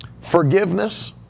forgiveness